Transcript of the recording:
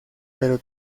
pero